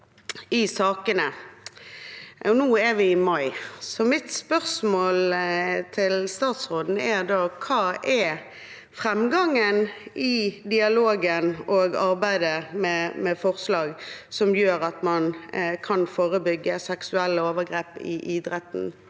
i sakene – nå er vi i mai. Mitt spørsmål til statsråden er da: Hva er framgangen i dialogen og arbeidet med forslag som gjør at man kan forebygge seksuelle overgrep i idretten